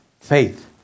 faith